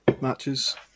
matches